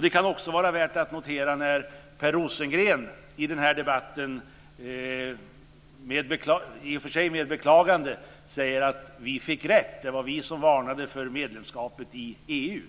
Det kan också vara värt att notera när Per Rosengren i den här debatten, i och för sig med beklagande, säger att man fick rätt och att man varnade för medlemskapet i EU.